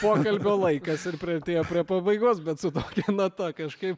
pokalbio laikas ir priartėja prie pabaigos bet su tokia nata kažkaip